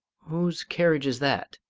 whose carriage is that?